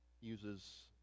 uses